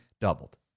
doubled